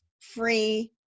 free